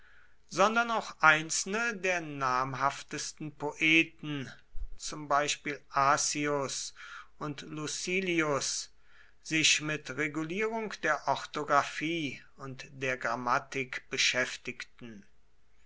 sondern auch einzelne der namhaftesten poeten zum beispiel accius und lucilius sich mit regulierung der orthographie und der grammatik beschäftigten